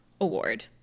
award